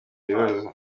bibazo